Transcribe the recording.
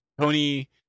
Tony